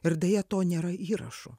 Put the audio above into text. ir deja to nėra įrašų